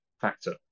Factor